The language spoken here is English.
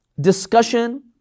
discussion